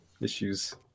issues